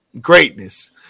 Greatness